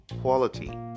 quality